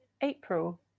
April